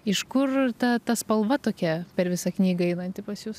iš kur ta ta spalva tokia per visą knygą einanti pas jus